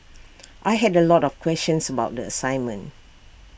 I had A lot of questions about the assignment